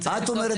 את אומרת לא.